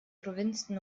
provinzen